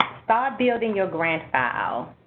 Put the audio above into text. ah building your grant file.